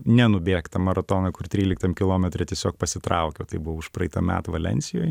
nenubėgtą maratoną kur tryliktam kilometre tiesiog pasitraukiau tai buvo už praeitą metą valensijoj